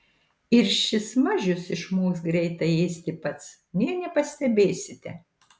ir šis mažius išmoks greitai ėsti pats nė nepastebėsite